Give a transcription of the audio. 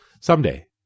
Someday